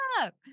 up